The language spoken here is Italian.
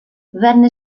venne